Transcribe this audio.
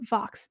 Vox